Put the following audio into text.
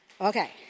Okay